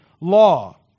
law